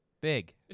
Big